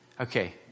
Okay